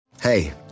Hey